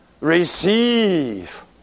Receive